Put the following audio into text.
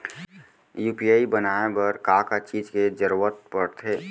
UPI बनाए बर का का चीज के जरवत पड़थे?